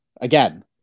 again